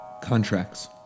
Contracts